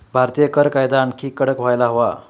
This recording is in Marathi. भारतीय कर कायदा आणखी कडक व्हायला हवा